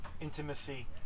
intimacy